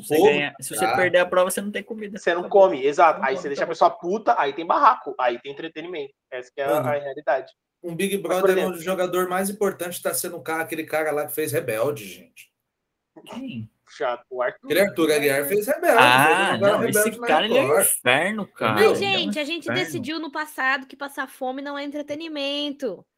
Você Pô, ganha- se você cara. perder a prova, você não tem comida. Você não Acabou. come, Você exato. não Aí come, você deixa a acabou. pessoa puta, aí tem barraco, aí tem entretenimento. Essa que é Uhum. a- a realidade. Um Big Mas, Brother por é exemplo- onde o jogador mais importante tá sendo um cara- aquele cara lá que fez Rebelde, gente. Quem? Chato, o Arthur. Aquele Arthur Aguiar fez Rebelde, fez a Ah, novela não, esse Rebelde lá em cara, ele é um Cor. inferno, Entendeu? cara. Ele é um Mas, gente, a gente inferno. decidiu no passado que passar fome não é entretenimento.